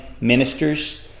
ministers